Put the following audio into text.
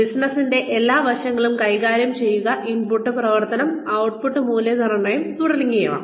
ബിസിനസിന്റെ എല്ലാ വശങ്ങളും കൈകാര്യം ചെയ്യുക ഇൻപുട്ട് പ്രവർത്തനം ഔട്ട്പുട്ട് മൂല്യനിർണ്ണയം തുടങ്ങിയവ